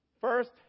First